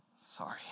Sorry